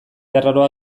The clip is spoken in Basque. arraroa